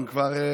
הם כבר,